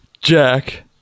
Jack